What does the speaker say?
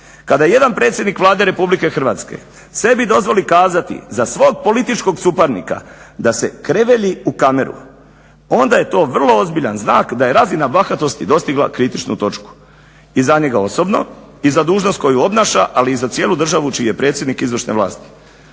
Kada jedan predsjednik Vlade RH sebi dozvoli kazati za svog političkog suparnika da se krevelji u kameru onda je to vrlo ozbiljan znak da je razina bahatosti dostigla kritičnu točku i za njega osobno i za dužnost koju obnaša ali i za cijelu državu čiji je predstavnik izvršne vlasti.